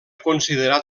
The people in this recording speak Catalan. considerat